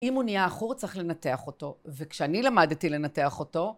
אם הוא נהיה עכור צריך לנתח אותו, וכשאני למדתי לנתח אותו...